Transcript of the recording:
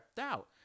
out